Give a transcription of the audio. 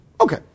Okay